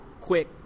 quick